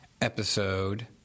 episode